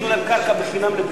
ייתנו להם קרקע בחינם.